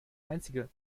einzige